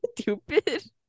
stupid